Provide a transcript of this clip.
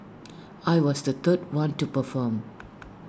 I was the third one to perform